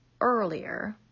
earlier